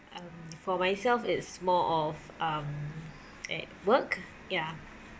um for myself it's more of um at work ya